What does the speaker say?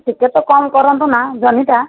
ଟିକିଏ ତ କମ୍ କରନ୍ତୁନା ଜହ୍ନିଟା